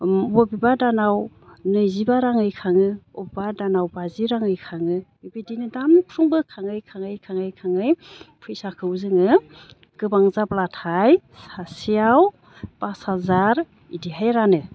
बबेबा दानाव नैजिबा राङै खाङो अबेबा दानाव बाजि राङै खाङो इबायदिनो दानफ्रोमबो खाङै खाङै खाङै खाङै फैसाखौ जोङो गोबां जाब्लाथाय सासेयाव पास हाजार इदिहाय रानो